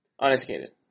Uneducated